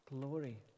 glory